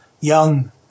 young